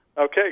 Okay